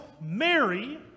Mary